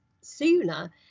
sooner